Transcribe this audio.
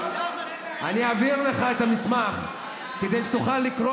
אני אעביר לך את המסמך כדי שתוכל לקרוא